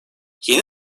yeni